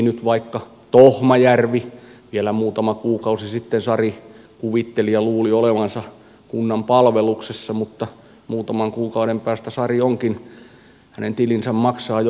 kunnassa työskentelevä sari vielä muutama kuukausi sitten kuvitteli ja luuli olevansa sen kunnan palveluksessa olkoon sen nimi nyt vaikka tohmajärvi mutta muutaman kuukauden päästä sarin tilin maksaa joku ihan muu